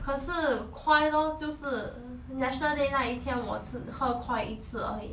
可是 koi lor 就是 national day 那一天我吃喝 koi 一次而已